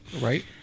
Right